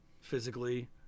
physically